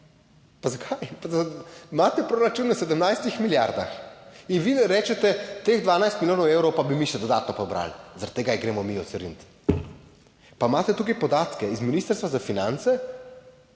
Pa zakaj? Imate proračun na 17 milijardah in vi nam rečete, teh 12 milijonov evrov pa bi mi še dodatno pobrali, zaradi tega jih gremo mi odstraniti. Pa imate tukaj podatke iz Ministrstva za finance,